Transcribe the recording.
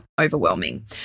overwhelming